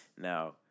Now